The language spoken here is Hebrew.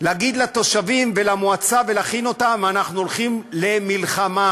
להגיד לתושבים ולמועצה ולהכין אותם: אנחנו הולכים למלחמה,